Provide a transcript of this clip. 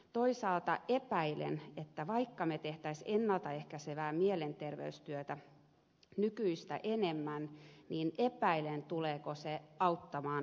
toisaalta epäilen vaikka me tekisimme ennalta ehkäisevää mielenterveystyötä nykyistä enemmän tuleeko se auttamaan asiaa